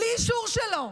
בלי אישור שלו.